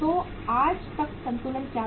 तो आज तक संतुलन क्या था